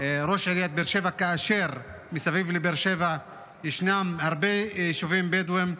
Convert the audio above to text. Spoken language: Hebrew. ראש עיריית באר שבע כאשר מסביב לבאר שבע ישנם הרבה יישובים בדואיים.